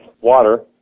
water